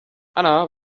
anna